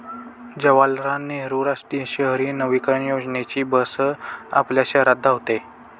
जवाहरलाल नेहरू राष्ट्रीय शहरी नवीकरण योजनेची बस आपल्या शहरात धावते